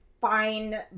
fine